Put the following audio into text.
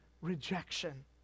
rejection